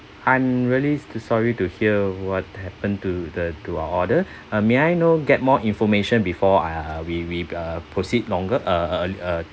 I'm really to sorry to hear what happened to the to our order may I know get more information before uh we we uh proceed longer uh uh uh